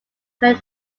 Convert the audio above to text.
heard